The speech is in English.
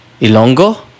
Ilongo